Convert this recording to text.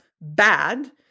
bad